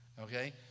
Okay